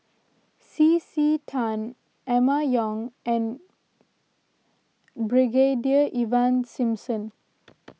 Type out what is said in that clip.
C C Tan Emma Yong and Brigadier Ivan Simson